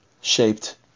shaped